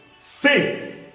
faith